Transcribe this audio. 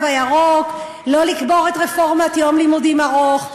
הירוק לא לקבור את רפורמת יום לימודים ארוך,